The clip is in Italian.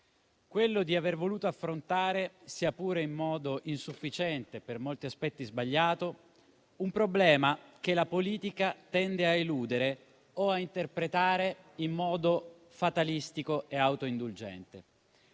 quello di aver voluto affrontare, sia pure in modo insufficiente e per molti aspetti sbagliato, un problema che la politica tende a eludere o a interpretare in modo fatalistico e autoindulgente.